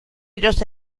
ellos